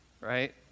Right